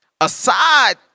Aside